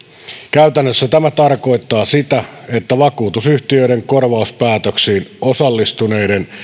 käytännössä tämä tarkoittaa sitä että vakuutusyhtiöiden korvauspäätöksiin osallistuneiden